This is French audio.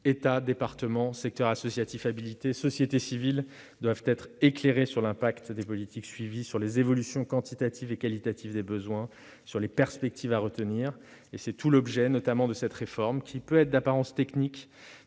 État, département, secteur associatif habilité, société civile doivent être éclairés sur l'impact des politiques suivies, sur les évolutions quantitatives et qualitatives des besoins, sur les perspectives à retenir ». C'est tout l'objet de cette réforme, d'apparence technique,